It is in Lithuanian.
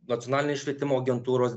nacionalinės švietimo agentūros